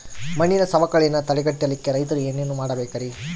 ಮಣ್ಣಿನ ಸವಕಳಿಯನ್ನ ತಡೆಗಟ್ಟಲಿಕ್ಕೆ ರೈತರು ಏನೇನು ಮಾಡಬೇಕರಿ?